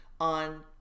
on